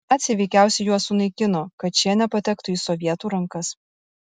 naciai veikiausiai juos sunaikino kad šie nepatektų į sovietų rankas